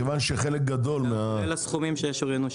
אלה הסכומים שישוריינו.